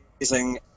amazing